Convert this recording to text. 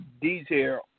detail